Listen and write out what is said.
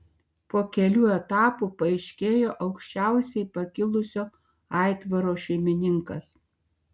po kelių etapų paaiškėjo aukščiausiai pakilusio aitvaro šeimininkas